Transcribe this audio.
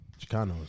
Chicanos